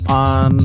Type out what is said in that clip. on